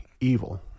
evil